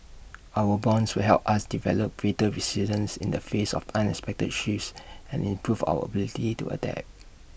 our bonds will help us develop greater resilience in the face of unexpected shifts and improve our ability to adapt